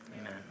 Amen